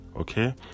okay